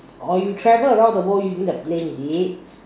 or you travel around the world using the plane is it